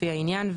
לפי העניין,